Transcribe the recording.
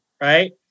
right